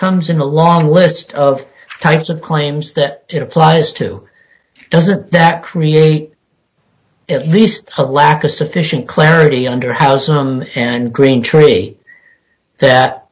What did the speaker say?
comes in a long list of types of claims that it applies to doesn't that create at least a lack of sufficient clarity under house on and greentree that